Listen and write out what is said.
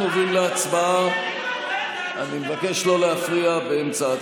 לא להפריע.